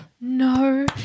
No